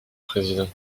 président